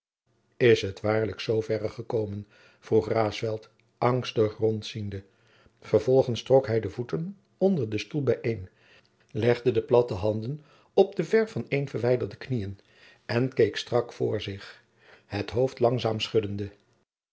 is het waarlijk zooverre gekomen vroeg raesfelt angstig rondziende vervolgens trok hij de voeten onder den stoel bijeen legde de platte handen op de ver van een verwijderde knieën en keek strak voor zich het hoofd langzaam schuddende